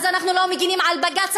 אז אנחנו לא מגינים על בג"ץ,